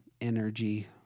energy